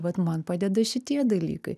vat man padeda šitie dalykai